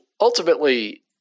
ultimately